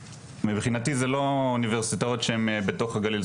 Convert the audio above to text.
מבחינתי זה לא אוניברסיטאות שהם בתוך הגליל,